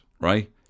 right